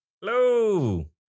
Hello